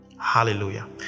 Hallelujah